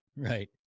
Right